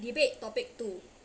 debate topic two